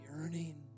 yearning